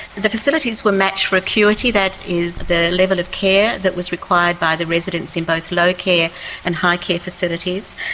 the facilities were matched for acuity, that is the level of care that was required by the residents in both low care and high care facilities,